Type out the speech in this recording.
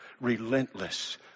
relentless